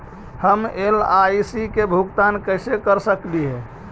हम एल.आई.सी के भुगतान कैसे कर सकली हे?